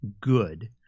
good